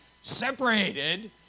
separated